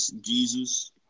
Jesus